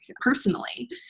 personally